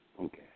Okay